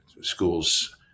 schools